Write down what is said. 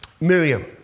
Miriam